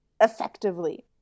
effectively